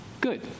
good